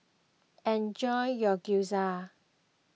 enjoy your Gyoza